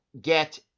get